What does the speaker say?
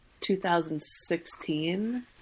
2016